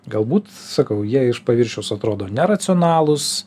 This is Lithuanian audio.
galbūt sakau jie iš paviršiaus atrodo neracionalūs